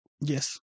Yes